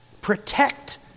protect